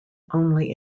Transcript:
only